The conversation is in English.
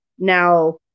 now